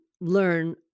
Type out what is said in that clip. learn